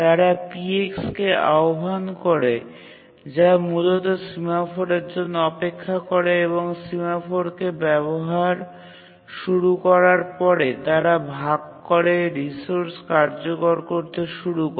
তারা P কে আহ্বান করে যা মূলত সিমফোরের জন্য অপেক্ষা করে এবং সিমফোরকে ব্যবহার শুরু করার পরে তারা ভাগ করা রিসোর্স কার্যকর করতে শুরু করে